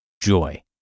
joy